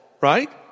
right